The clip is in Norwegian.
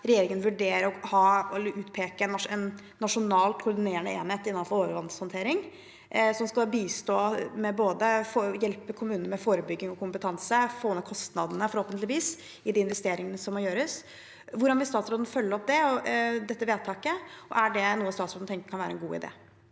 regjeringen vurdere å utpeke en nasjonal koordinerende enhet innenfor overvannshåndtering, som skal hjelpe kommunene med både forebygging og kompetanse og å få ned kostnadene, forhåpentligvis, i de investeringene som må gjøres. Hvordan vil statsråden følge opp dette vedtaket, og er det noe statsråden tenker kan være en god idé?